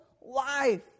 life